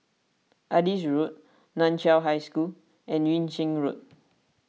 Adis Road Nan Chiau High School and Yung Sheng Road